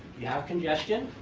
you have congestion,